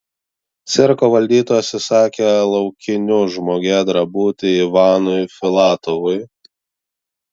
cirko valdytojas įsakė laukiniu žmogėdra būti ivanui filatovui